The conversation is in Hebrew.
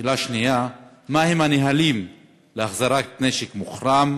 2. מה הם הנהלים להחזרת נשק מוחרם?